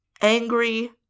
angry